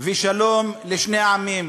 ושלום לשני העמים.